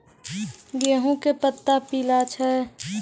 गेहूँ के पत्ता पीला छै?